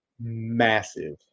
massive